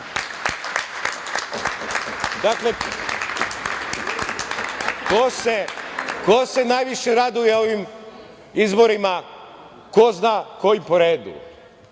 vili. Dakle, ko se najviše raduje ovim izborima, ko zna kojim po redu,